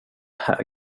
här